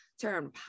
turn